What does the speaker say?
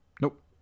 Nope